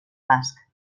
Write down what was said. basc